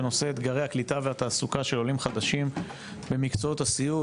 בנושא אתגרי הקליטה והתעסוקה של עולים חדשים במקצועות הסיעוד.